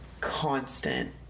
constant